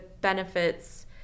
benefits